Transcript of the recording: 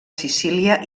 sicília